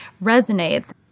resonates